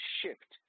shift